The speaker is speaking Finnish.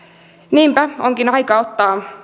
niinpä onkin aika ottaa